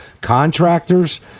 contractors